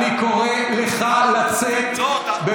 אני מבקש ממך לצאת עכשיו.